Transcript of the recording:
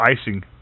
icing